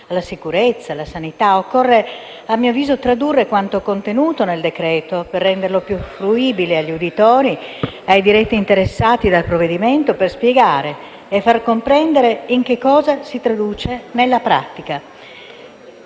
alla sicurezza e alla sanità. Occorre - a mio avviso - tradurre quanto contenuto nel decreto-legge per renderlo più fruibile agli uditori e ai diretti interessati, per spiegare e far comprendere in cosa si traduce nella pratica.